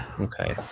Okay